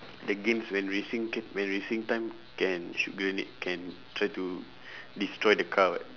the games when racing ca~ when racing time can shoot grenade can try to destroy the car [what]